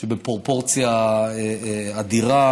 בפרופורציה אדירה,